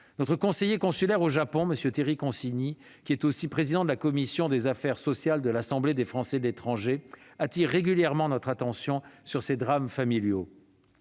Notre conseiller consulaire au Japon, M. Thierry Consigny, qui est aussi président de la commission des affaires sociales de l'Assemblée des Français de l'étranger, attire régulièrement notre attention sur ces drames familiaux.